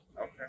Okay